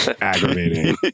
aggravating